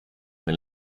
when